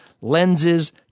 lenses